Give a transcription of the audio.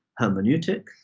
hermeneutic